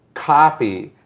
copy,